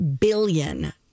billion